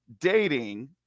dating